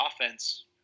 offense